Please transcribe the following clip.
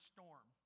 Storm